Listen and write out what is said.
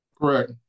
Correct